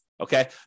Okay